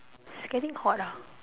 it's getting hot ah